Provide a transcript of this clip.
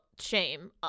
shame